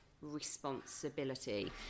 responsibility